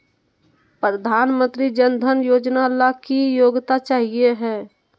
प्रधानमंत्री जन धन योजना ला की योग्यता चाहियो हे?